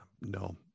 no